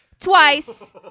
Twice